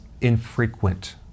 infrequent